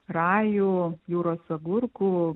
rajų jūros agurkų